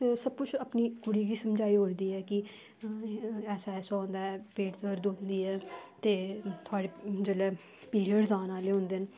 एह् सबकिश ओह् समझाई ओड़दी ऐ कि ऐसा ऐसा होंदा ऐ पेट दर्द होंदी ऐ ते जिसलै पिरियड़स औन आह्ले होंदे न